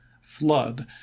Flood